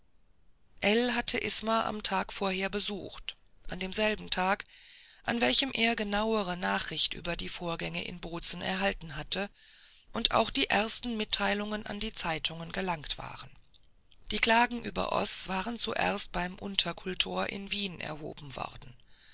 hatte isma am tag vorher besucht an demselben tag an welchem er genauere nachricht über die vorgänge in bozen erhalten hatte und auch die ersten mitteilungen an die zeitungen gelangt waren die klagen über oß waren zuerst beim unterkultor in wien erhoben worden